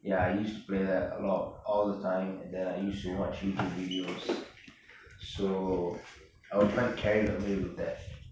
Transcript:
ya I used to play that a lot of all the time that I used to watch youtube videos so I was quite carried away with that